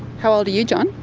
how old are you, john?